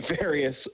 various